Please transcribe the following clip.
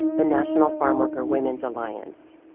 the national farmworker women's alliance.